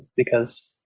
because